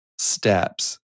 steps